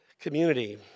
community